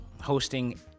hosting